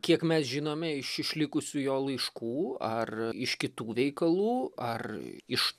kiek mes žinome iš išlikusių jo laiškų ar iš kitų veikalų ar iš